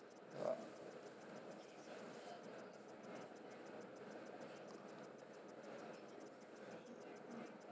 uh